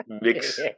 mix